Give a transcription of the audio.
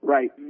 Right